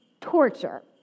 torture